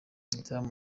igitaramo